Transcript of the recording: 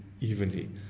evenly